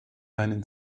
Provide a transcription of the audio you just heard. einen